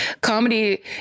comedy